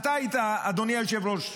אדוני היושב-ראש,